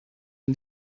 und